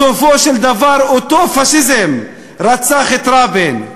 בסופו של דבר אותו פאשיזם רצח את רבין,